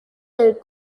del